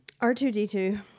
R2D2